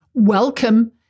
Welcome